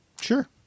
Sure